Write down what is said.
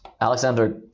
Alexander